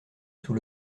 sous